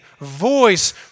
voice